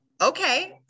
okay